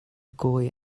kawi